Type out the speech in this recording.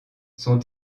sont